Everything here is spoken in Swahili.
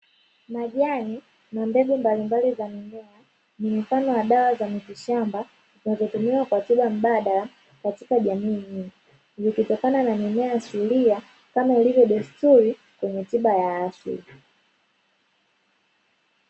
Majani na mbegu mbalimbali za mimea ni mfano wa dawa za miti shamba zinazotumiwa kwa tiba mbadala katika jamii, nikutokana na mimea asilia kama ilivyo desturi kwenye tiba ya afya.